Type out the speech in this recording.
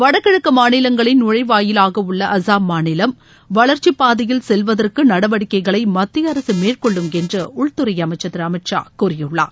வடகிழக்கு மாநிலங்களின் நுழைவாயிலாக உள்ள அஸ்ஸாம் மாநிலம் வளர்ச்சிப் பாதையில் செல்வதற்கு நடவடிக்கைகளை மத்திய அரசு மேற்கொள்ளும் என்று உள்துறை அமைச்சர் திரு அமித்ஷா கூறியுள்ளார்